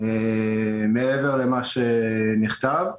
מעבר למה שנכתב.